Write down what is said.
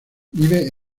vive